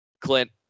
Clint